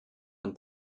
von